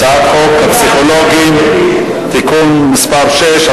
הצעת חוק הפסיכולוגים (תיקון מס' 6),